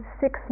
six